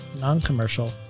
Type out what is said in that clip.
non-commercial